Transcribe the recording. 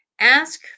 ask